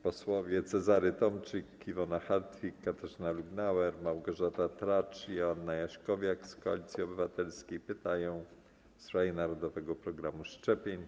Posłowie Cezary Tomczyk, Iwona Hartwich, Katarzyna Lubnauer, Małgorzata Tracz i Joanna Jaśkowiak z Koalicji Obywatelskiej zadają pytanie w sprawie narodowego programu szczepień.